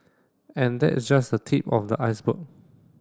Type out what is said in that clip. and that is just the tip of the iceberg